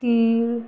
तीळ